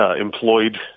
Employed